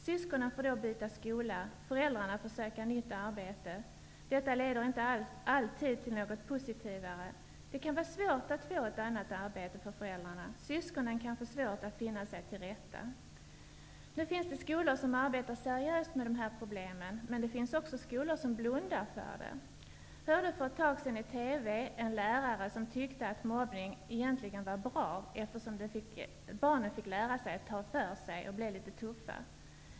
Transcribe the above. Syskonen får då byta skola, och föräldrarna får söka nytt arbete. Detta leder inte alltid till något positivare. Det kan vara svårt för föräldrarna att få annat arbete, och syskonen kan få svårt att finna sig till rätta. Nu finns det skolor som arbetar seriöst med detta problem, men det finns också skolor som blundar för det. Jag hörde för ett tag sedan i TV att en lärare tyckte att mobbning var egentligen bra, eftersom barnen fick lära sig att ta för sig och bli litet tuffa.